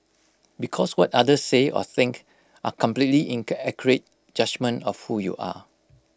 because what others say or think are completely Inca accurate judgement of who you are